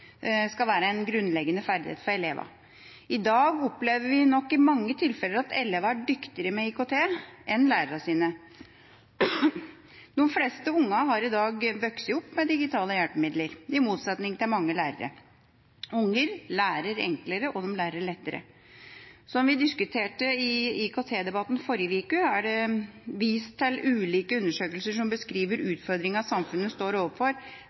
skal være en grunnleggende ferdighet for elevene. I dag opplever vi nok i mange tilfeller at elevene er dyktigere i IKT enn det lærerne deres er. De fleste unger har i dag vokst opp med digitale hjelpemidler, i motsetning til mange lærere. Unger lærer enklere, og de lærer lettere. Som vi diskuterte i IKT-debatten i forrige uke, er det vist til ulike undersøkelser som beskriver utfordringa samfunnet står overfor